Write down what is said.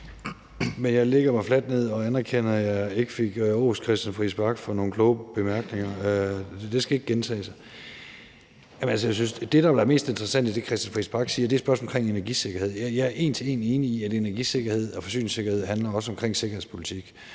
Men jeg lægger mig fladt ned og anerkender, at jeg ikke fik rost Christian Friis Bach for nogle kloge bemærkninger. Det skal ikke gentage sig. Jeg synes, at det, der ville være mest interessant af det, Christian Friis Bach siger, er spørgsmålet om energisikkerhed. Jeg er en til en enig i, at energisikkerhed og forsyningssikkerhed også handler om sikkerhedspolitik,